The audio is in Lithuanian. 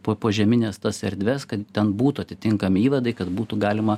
po požemines tas erdves kad ten būtų atitinkami įvadai kad būtų galima